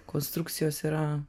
konstrukcijos yra